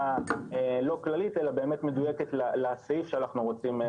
היא מאוד לא כללית אלא באמת מדויקת לסעיף שאנחנו רוצים לשנות בהגדרתו.